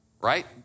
right